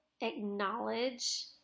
acknowledge